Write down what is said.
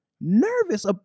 Nervous